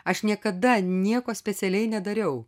aš niekada nieko specialiai nedariau